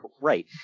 Right